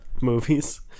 movies